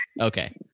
Okay